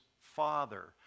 father